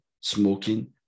smoking